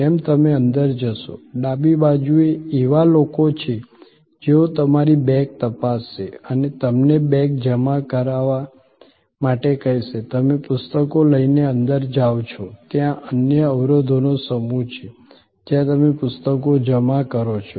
જેમ તમે અંદર જશો ડાબી બાજુએ એવા લોકો છે જેઓ તમારી બેગ તપાસશે અને તમને બેગ જમા કરાવવા માટે કહેશે તમે પુસ્તકો લઈને અંદર જાઓ છો ત્યાં અન્ય અવરોધોનો સમૂહ છે જ્યાં તમે પુસ્તકો જમા કરો છો